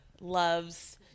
loves